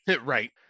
Right